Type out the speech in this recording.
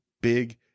big